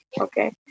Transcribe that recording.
okay